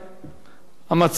המצב ילך ויחמיר.